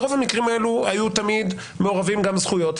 ברוב המקרים האלה היו תמיד מעורבות גם זכויות,